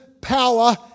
power